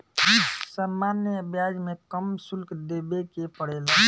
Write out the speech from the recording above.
सामान्य ब्याज में कम शुल्क देबे के पड़ेला